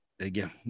again